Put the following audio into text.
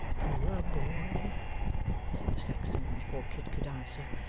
poor boy said the sexton, before kit could answer,